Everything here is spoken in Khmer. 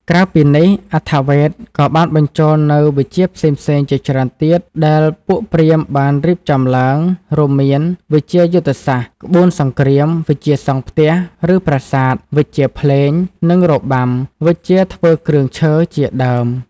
ក្រៅពីនេះ អថវ៌េទក៏បានបញ្ចូលនូវ វិជ្ជាផ្សេងៗជាច្រើនទៀត ដែលពួកព្រាហ្មណ៍បានរៀបចំឡើង រួមមាន វិជ្ជាយុទ្ធសាស្ត្រ ក្បួនសង្គ្រាម វិជ្ជាសង់ផ្ទះ ឬប្រាសាទ វិជ្ជាភ្លេង និងរបាំ វិជ្ជាធ្វើគ្រឿងឈើ ជាដើម។